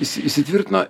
įsi įsitvirtino